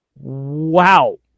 wow